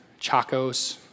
Chacos